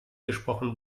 gesprochen